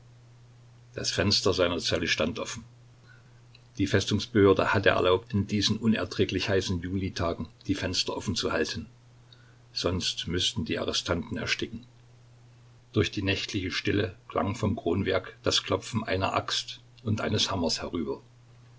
das fenster seiner zelle stand offen die festungsbehörde hatte erlaubt in diesen unerträglich heißen julitagen die fenster offen zu halten sonst müßten die arrestanten ersticken durch die nächtliche stille klang vom kronwerk das klopfen einer axt und eines hammers herüber